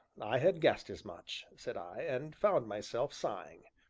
i had guessed as much, said i, and found myself sighing.